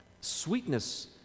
sweetness